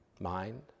mind